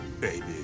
baby